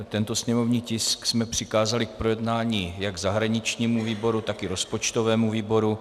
Tento sněmovní tisk jsme přikázali k projednání jak zahraničnímu výboru, tak i rozpočtovému výboru.